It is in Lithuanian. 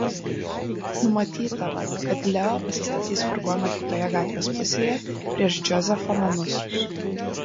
numatyta kad leo pasistatys furgoną kitoje gatvės pusėje prieš džozefo namus